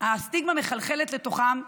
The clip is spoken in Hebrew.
הסטיגמה מחלחלת לתוכם,